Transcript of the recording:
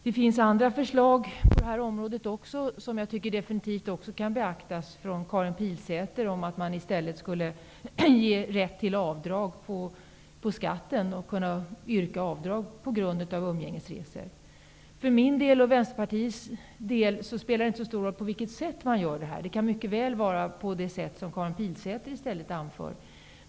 Det finns också andra förslag från Karin Pilsäter på detta område som jag definitivt tycker kan beaktas, nämligen att man i stället skulle ge rätt att yrka skatteavdrag på grund av umgängesresor. För min och Vänsterpartiets del spelar inte det sätt på vilket man gör detta så stor roll. Det kan mycket väl vara på det sätt som Karin Pilsäter anför.